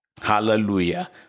Hallelujah